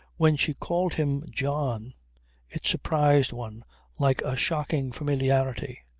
when she called him john it surprised one like a shocking familiarity.